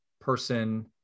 person